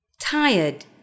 Tired